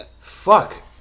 Fuck